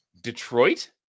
Detroit